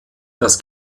das